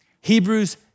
Hebrews